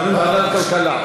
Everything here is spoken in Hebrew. מקבלים ועדת הכלכלה.